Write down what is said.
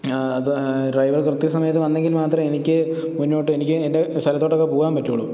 അത് ഡ്രൈവർ കൃത്യ സമയത്ത് വന്നെങ്കിൽ മാത്രമേ എനിക്ക് മുന്നോട്ടെനിക്ക് എൻ്റെ സ്ഥലത്തോട്ടൊക്കെ പോകാൻ പറ്റുകയുള്ളൂ